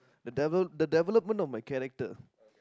the develop the development of my character